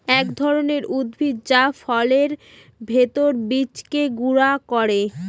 এক ধরনের উদ্ভিদ যা ফলের ভেতর বীজকে গুঁড়া করে